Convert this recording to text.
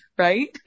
Right